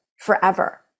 forever